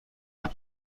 ایم